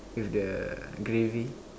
with the gravy